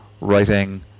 writing